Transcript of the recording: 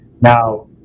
Now